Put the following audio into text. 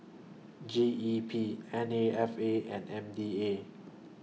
G E P N A F A and M D A